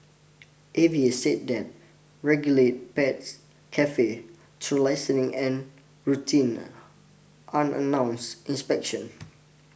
A V A said that regulate pets cafe through licensing and routine unannounced inspection